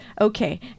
Okay